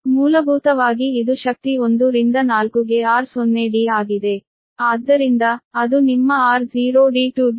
ಆದ್ದರಿಂದ ಮೂಲಭೂತವಾಗಿ ಇದು ಶಕ್ತಿ 1 ರಿಂದ 4 ಗೆ r0 d ಆಗಿದೆ